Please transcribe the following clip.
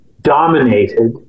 dominated